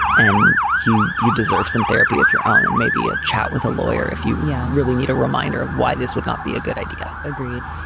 and you you deserve some therapy of your own and maybe a chat with a lawyer if you yeah really need a reminder of why this would not be a good idea. agreed.